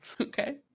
okay